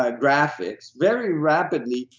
ah graphics, very rapidly,